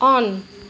on